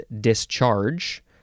discharge